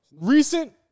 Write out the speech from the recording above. Recent